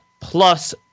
plus